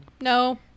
No